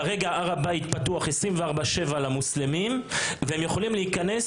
כרגע הר הבית פתוח 24/7 למוסלמים והם יכולים להיכנס